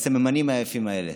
בסממנים היפים האלה.